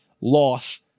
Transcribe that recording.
loss